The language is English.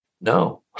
no